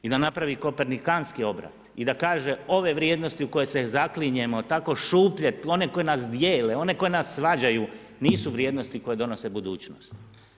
I da napravi kopernikanski obrat i da kaže ove vrijednosti u koje se zaklinjemo tako šuplje, one koje nas dijele, one koje nas svađaju nisu vrijednosti koje donose budućnost.